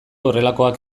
horrelakoak